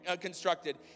constructed